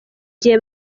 gihe